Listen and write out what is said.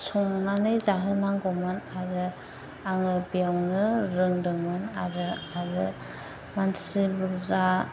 संनानै जाहोनांगौमोन आरो आङो बेयावनो रोंदोंमोन आरो आङो मानसि बुरजा